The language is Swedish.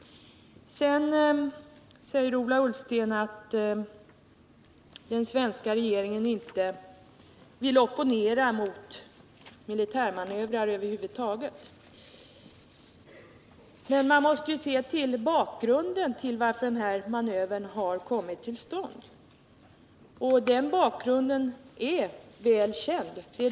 Sedan säger Ola Ullsten att den svenska regeringen inte vill opponera mot militärmanövrar över huvud taget. Men man måste se till bakgrunden till att manövern kommit till stånd, och den bakgrunden är väl känd.